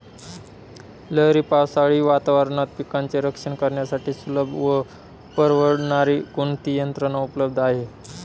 लहरी पावसाळी वातावरणात पिकांचे रक्षण करण्यासाठी सुलभ व परवडणारी कोणती यंत्रणा उपलब्ध आहे?